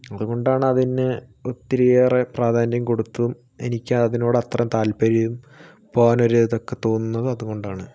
അതുകൊണ്ടാണ് അതിന് ഒത്തിരി ഏറെ പ്രാധാന്യം കൊടുത്തും എനിക്ക് അതിനോട് അത്ര താൽപര്യം പോകാൻ ഒരു ഇതൊക്കെ തോന്നുന്നതും അതു കൊണ്ടാണ്